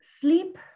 sleep